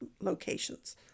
locations